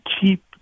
keep